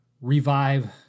revive